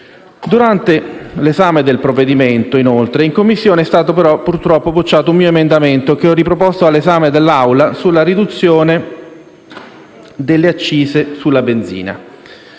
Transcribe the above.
Durante l'esame del provvedimento, inoltre, in Commissione è stato purtroppo bocciato un mio emendamento che ho riproposto per l'esame dell'Assemblea sulla riduzione delle accise sulla benzina.